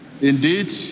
Indeed